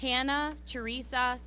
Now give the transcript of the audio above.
hannah teresa